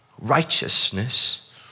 righteousness